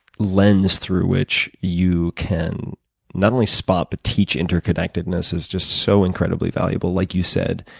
lens through which you can not only spot, but teach interconnectedness, is just so incredibly valuable. like you said,